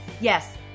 Yes